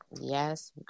Yes